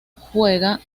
juega